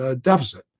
deficit